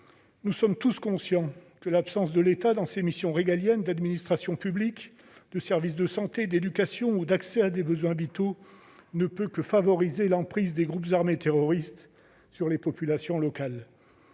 Nous sommes tous conscients que l'absence de l'État dans ses missions régaliennes, que ce soit l'administration publique, les services de santé, l'éducation ou l'accès à des besoins vitaux, ne peut que favoriser l'emprise de groupes armés terroristes sur les populations locales.